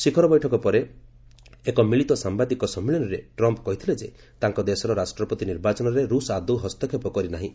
ଶିଖର ବୈଠକ ପରେ ଏକ ମିଳିତ ସାମ୍ବାଦିକ ସମ୍ମିଳନୀରେ ଟ୍ରମ୍ପ୍ କହିଥିଲେ ଯେ ତାଙ୍କ ଦେଶର ରାଷ୍ଟ୍ରପତି ନିର୍ବାଚନରେ ରୁଷ୍ ଆଦୌ ହସ୍ତକ୍ଷେପ କରିନାହିଁ